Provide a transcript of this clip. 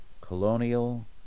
colonial